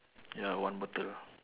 ya one bottle